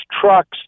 trucks